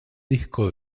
disco